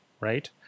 right